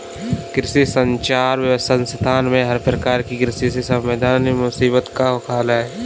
कृषि संचार संस्थान में हर प्रकार की कृषि से संबंधित मुसीबत का हल है